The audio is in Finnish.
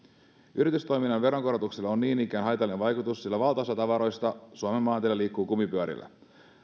yritystoimintaan veronkorotuksella on niin ikään haitallinen vaikutus sillä valtaosa tavaroista suomen maanteillä liikkuu kumipyörillä